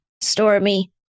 Stormy